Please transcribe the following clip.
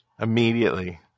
Immediately